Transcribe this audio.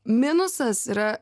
minusas yra